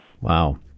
Wow